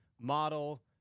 model